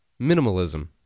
Minimalism